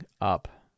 up